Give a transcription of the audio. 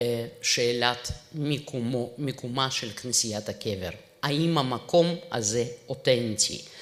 שאלת מיקומה של כנסיית הקבר. האם המקום הזה אותנטי?